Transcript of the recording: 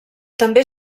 també